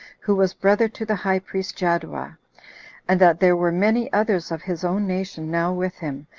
who was brother to the high priest jaddua and that there were many others of his own nation, now with him,